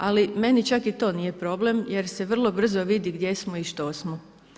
Ali meni čak ni to nije problem jer se vrlo brzo vidi gdje smo i što smo.